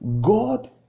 God